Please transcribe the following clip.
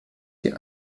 die